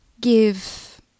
give